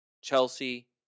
Chelsea